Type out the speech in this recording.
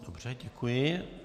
Dobře, děkuji.